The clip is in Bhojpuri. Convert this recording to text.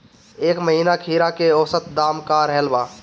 एह महीना खीरा के औसत दाम का रहल बा?